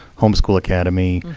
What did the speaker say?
homeschool academy,